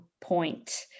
point